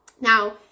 Now